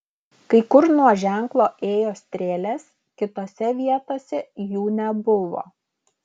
kai kur nuo ženklo ėjo strėlės kitose vietose jų nebuvo